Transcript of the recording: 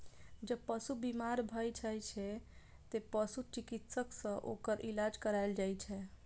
जब पशु बीमार भए जाइ छै, तें पशु चिकित्सक सं ओकर इलाज कराएल जाइ छै